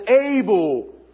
able